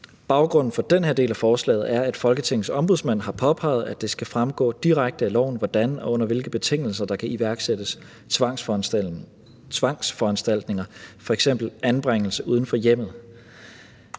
Baggrunden for den her del af forslaget er, at Folketingets Ombudsmand har påpeget, at det skal fremgå direkte af loven, hvordan og under hvilke betingelser der kan iværksættes tvangsforanstaltninger, f.eks. anbringelse uden for hjemmet.